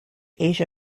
asia